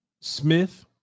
Smith